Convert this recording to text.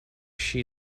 she